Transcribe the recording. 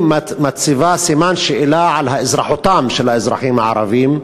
היא מציבה סימן שאלה על אזרחותם של האזרחים הערבים,